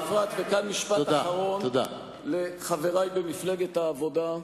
משפט אחרון לחברי במפלגת העבודה: